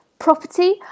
property